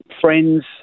friends